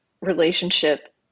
relationship